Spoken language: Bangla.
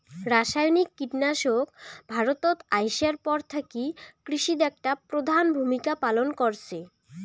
রাসায়নিক কীটনাশক ভারতত আইসার পর থাকি কৃষিত একটা প্রধান ভূমিকা পালন করসে